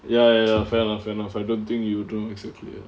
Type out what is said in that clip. ya ya fair enough fair enough I don't think you know exactly